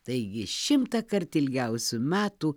taigi šimtąkart ilgiausių metų